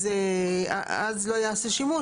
אז לא ייעשה שימוש,